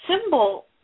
symbol